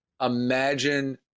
imagine